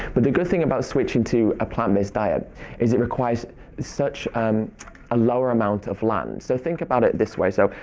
but the good thing about switching to a plant-based diet is it requires such um a lower amount of land. so think about it this way. so,